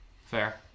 Fair